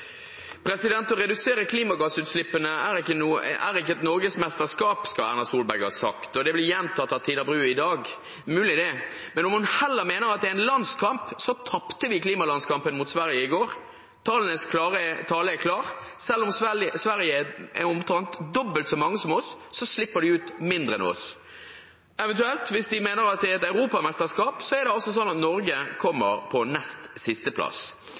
mulig det, men om hun heller mener at det er en landskamp, tapte vi klimalandskampen mot Sverige i går. Tallenes tale er klar: Selv om de i Sverige er dobbelt så mange som oss, slipper de ut mindre enn oss. Hvis man eventuelt mener at det er et europamesterskap, kommer Norge på nest siste plass. Det virker ikke som om Erna Solberg er bekymret, og det